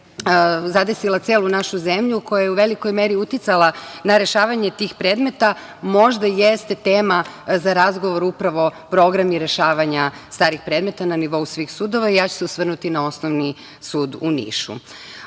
zadesila celu našu zemlju, koja je u velikoj meri uticala na rešavanje tih predmeta, možda jeste tema za razgovor upravo program i rešavanje starih predmeta na nivou svih sudova, ja ću se osvrnuti na Osnovni sud u